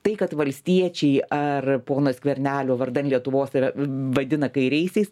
tai kad valstiečiai ar pono skvernelio vardan lietuvos ir vadina kairiaisiais